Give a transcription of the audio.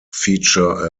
feature